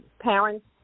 parents